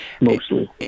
mostly